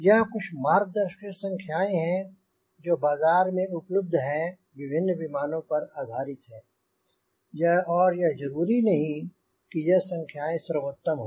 यह कुछ मार्गदर्शक संख्याएंँ हैं जो बाजार में उपलब्ध है विभिन्न विमानों पर आधारित हैं और यह जरूरी नहीं है कि यह संख्याएंँ सर्वोत्तम हो